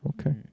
okay